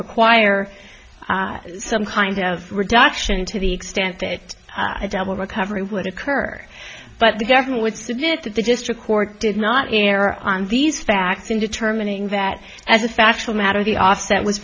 require some kind of reduction to the extent that a double recovery would occur but the government would submit that the district court did not air on these facts in determining that as a factual matter the offset was